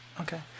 okay